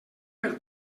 per